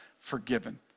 forgiven